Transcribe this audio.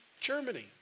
Germany